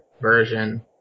version